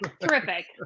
terrific